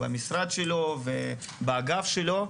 במשרד שלו ובאגף שלו,